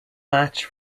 match